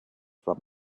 from